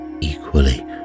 equally